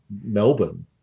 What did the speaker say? Melbourne